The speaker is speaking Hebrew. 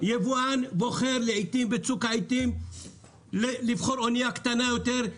יבואן בוחר בצוק העיתים לבחור אונייה קטנה יותר,